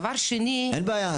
דבר שני --- אין בעיה.